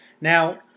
Now